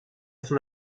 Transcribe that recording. son